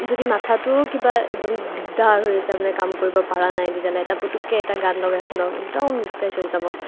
যদি মাথাটো কিবা একদম দিগদাৰ হৈ আছে আপোনাৰ কাম কৰিব পাৰা নাই তেতিয়াহ'লে এটা পুটুককে এটা গান লগাই শুনক একদম ৰিফ্ৰেচ হৈ যাব